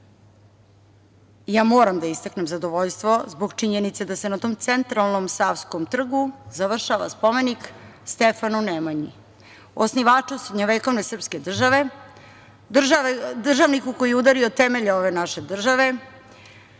ja moram da istaknem zadovoljstvo zbog činjenice da se na tom Centralnom savskom trgu završava spomenik Stefanu Nemanji, osnivaču srednjevekovne srpske države, državniku koji je udario temelje ove naše države.